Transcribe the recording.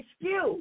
excuse